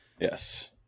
Yes